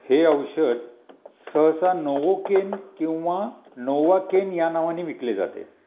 हे औषध सहसा नौवोकेन किंवा नोवाकेन या नावाने विकले जाते